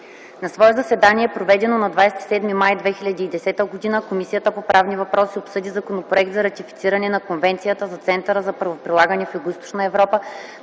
На свое заседание, проведено на 27 май 2010 г., Комисията по правни въпроси обсъди Законопроект за ратифициране на Конвенцията за Центъра за правоприлагане в Югоизточна Европа,